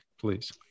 please